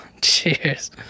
Cheers